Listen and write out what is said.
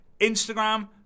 Instagram